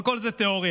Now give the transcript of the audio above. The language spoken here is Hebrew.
אבל כל זה תיאוריה,